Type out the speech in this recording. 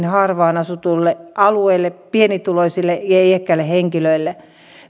harvaan asutuille alueille pienituloisille ja ja iäkkäille henkilöille